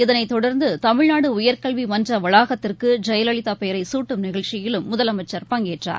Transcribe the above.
இதனைதொடர்ந்துதமிழ்நாடுஉயர்க்கல்விமன்றவளாகத்திற்குஜெயலலிதாபெயரைசூட்டும் நிகம்ச்சியிலம் முதலமைச்சர் பங்கேற்றார்